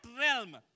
realm